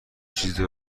چیزی